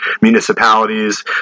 municipalities